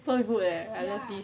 quite good leh I like this